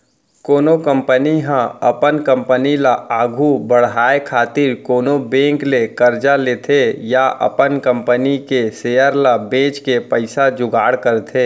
कोनो कंपनी ह अपन कंपनी ल आघु बड़हाय खातिर कोनो बेंक ले करजा लेथे या अपन कंपनी के सेयर ल बेंच के पइसा जुगाड़ करथे